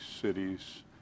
cities